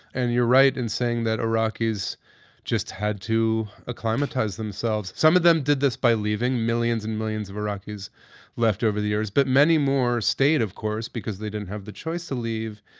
and you're right in saying that iraqis just had to acclimatize themselves. some of them did this by leaving. millions and millions of iraqis left over the years, but many more stayed of course, because they didn't have the choice to leave.